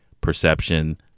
perception